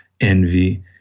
envy